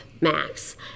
max